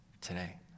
today